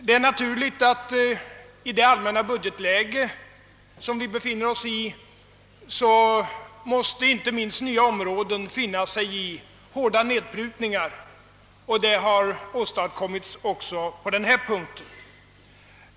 Det är naturligt att i det budgetläge, som vi befinner oss i, inte minst nya områden måste finna sig i hårda nedprutningar. Det har skett också på denna punkt.